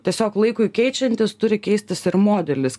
tiesiog laikui keičiantis turi keistis ir modelis